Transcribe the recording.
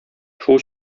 шул